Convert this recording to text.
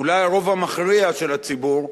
אולי הרוב המכריע של הציבור,